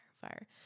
fire